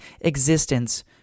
existence